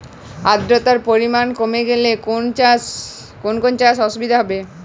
আদ্রতার পরিমাণ কমে গেলে কোন কোন চাষে অসুবিধে হবে?